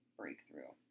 breakthrough